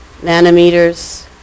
nanometers